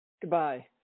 Goodbye